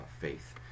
faith